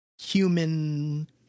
human